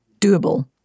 doable